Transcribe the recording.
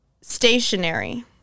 stationary